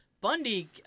Bundy